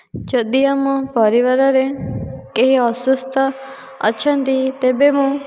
ଯଦି ଆମ ପରିବାରରେ କେହି ଅସୁସ୍ଥ ଅଛନ୍ତି ତେବେ ମୁଁ